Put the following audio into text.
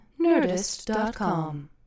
Nerdist.com